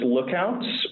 Lookouts